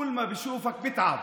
כשהוא רואה אותך הוא מרגיש עייף.)